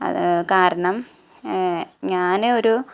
കാരണം ഞാനേ ഒരു